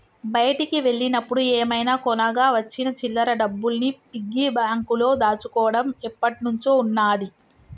బయటికి వెళ్ళినప్పుడు ఏమైనా కొనగా వచ్చిన చిల్లర డబ్బుల్ని పిగ్గీ బ్యాంకులో దాచుకోడం ఎప్పట్నుంచో ఉన్నాది